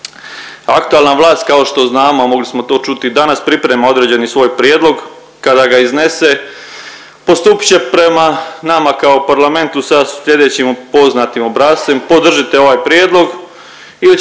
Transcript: Aktualna vlast kao što znamo, a mogli smo to čuti danas priprema određeni svoj prijedlog kada ga iznese postupit će prema nama kao parlamentu sa slijedećim poznatim obrascem, podržite ovaj prijedlog